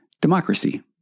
democracy